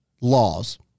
laws